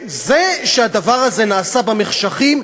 זה שהדבר הזה נעשה במחשכים,